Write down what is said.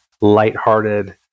lighthearted